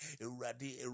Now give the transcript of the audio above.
ready